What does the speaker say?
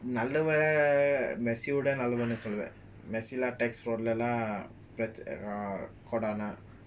நல்லவேளைமெஸ்சியோடநல்லவன்னுசொல்வேன்மெஸ்ஸிதான்:nallavela messioda nallavanu solven messithan